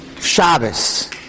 Shabbos